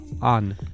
on